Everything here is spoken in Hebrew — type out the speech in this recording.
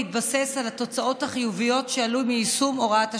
בהתבסס על התוצאות החיוביות שעלו ביישום הוראת השעה.